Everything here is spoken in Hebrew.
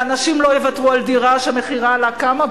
ואנשים לא יוותרו על דירה שמחירה עלה, כמה?